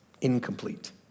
incomplete